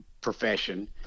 profession